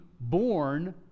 born